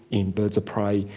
in birds of prey,